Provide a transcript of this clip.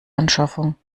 anschaffung